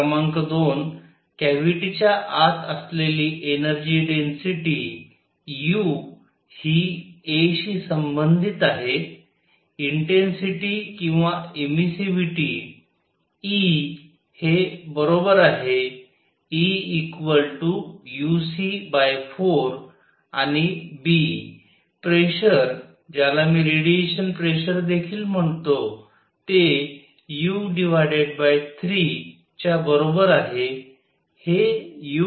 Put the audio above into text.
क्रमांक 2 कॅव्हिटीच्या आत असलेली एनर्जी डेन्सिटी u हि a शी संबंधित आहे इंटेन्सिटी किंवा एमिस्सीव्हिटी E हे बरोबर आहे E uc4 आणि b प्रेशर ज्याला मी रेडिएशन प्रेशर देखील म्हणतो तेu3च्या बरोबर आहे